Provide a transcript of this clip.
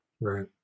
right